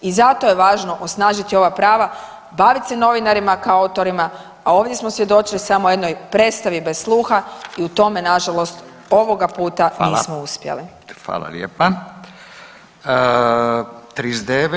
I zato je važno osnažiti ova prava i bavit se novinarima kao autorima, a ovdje smo svjedočili samo jednoj predstavi bez sluha i u tome nažalost ovoga puta nismo uspjeli.